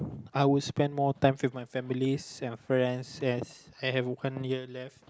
I'd spend more time with my families and friends yes i have one year left